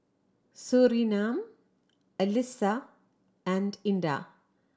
Surinam Alyssa and Indah